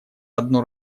одно